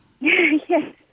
yes